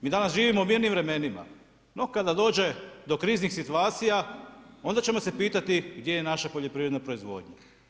Mi danas živimo u mirnim vremenima, no kada dođe do kriznih situacija onda ćemo se pitati gdje je naša poljoprivredna proizvodnja.